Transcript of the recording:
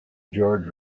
george